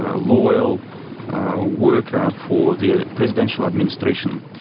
ah loyal worker for the presidential administration.